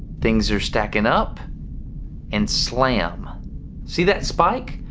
things are stacking up and slam see that spike.